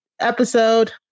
episode